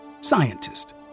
scientist